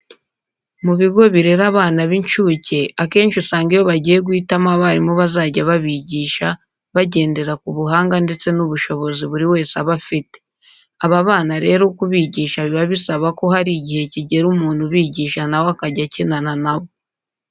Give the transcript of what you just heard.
Mu bigo birera abana b'incuke akenshi usanga iyo bagiye guhitamo abarimu bazajya babigisha bagendera ku buhanga ndetse n'ubushobozi buri wese aba afite. Aba bana rero kubigisha biba bisaba ko hari igihe kigera umuntu ubigisha na we akajya akinana na bo.